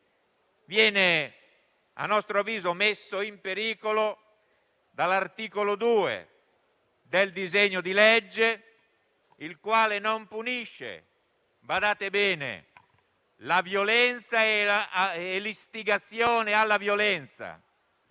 viene, a nostro avviso, messo in pericolo dall'articolo 2 del disegno di legge, il quale non punisce - badate bene - la violenza e l'istigazione alla violenza